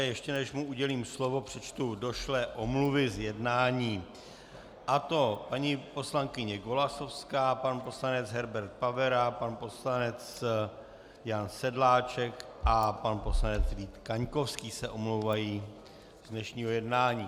Ještě než mu udělím slovo, přečtu došlé omluvy z jednání, a to paní poslankyně Golasowská, pan poslanec Herbert Pavera, pan poslanec Jan Sedláček a pan poslanec Vít Kaňkovský se omlouvají z dnešního jednání.